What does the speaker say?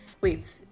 Wait